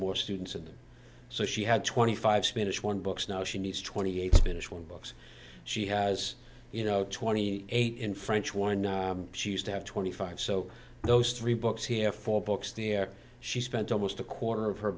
more students and so she had twenty five spanish one books now she needs twenty eight spanish one books she has you know twenty eight in french one she used to have twenty five so those three books here four books the air she spent almost a quarter of her